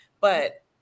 but-